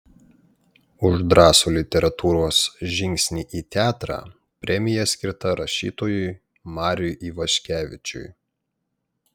už drąsų literatūros žingsnį į teatrą premija skirta rašytojui mariui ivaškevičiui